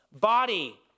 body